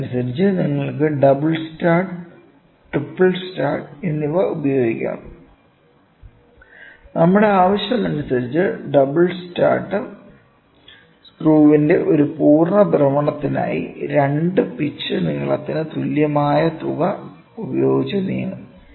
അതനുസരിച്ച് നിങ്ങൾക്ക് double start triple start എന്നിവ ഉപയോഗിക്കാം നമ്മുടെ ആവശ്യമനുസരിച്ച് ഡബിൾ സ്റ്റാർട്ട് സ്ക്രൂവിന്റെ ഒരു പൂർണ്ണ ഭ്രമണത്തിനായി 2 പിച്ച് നീളത്തിന് തുല്യമായ തുക ഉപയോഗിച്ച് നീങ്ങും